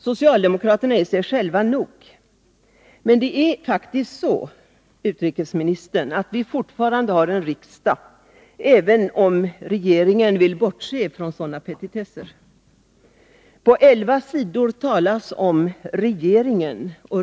Socialdemokraterna är sig själva nog. Men det är faktiskt så, utrikesminis tern, att vi fortfarande har en riksdag, även om regeringen vill bortse från Nr 31 sådana petitesser. Måndagen den På elva sidor talas det om regeringen.